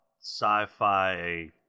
sci-fi